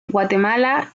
guatemala